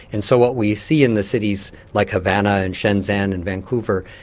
and so what we see in the cities like havana and shenzan and vancouver,